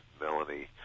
Melanie